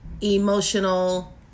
emotional